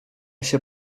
się